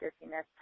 dizziness